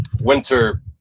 winter